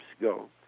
go